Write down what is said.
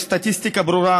יש סטטיסטיקה ברורה,